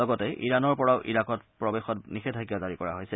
লগতে ইৰানৰ পৰাও ইৰাকত প্ৰৱেশত নিষেধাজ্ঞা জাৰি কৰা হৈছে